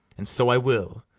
and so i will.